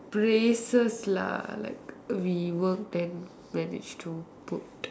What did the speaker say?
places lah like we work then manage to put